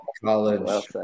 college